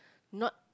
not